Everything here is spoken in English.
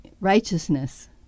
righteousness